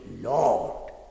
Lord